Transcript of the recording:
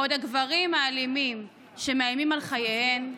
בעוד הגברים האלימים שמאיימים על חייהן,